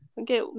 okay